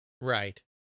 Right